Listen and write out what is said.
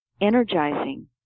energizing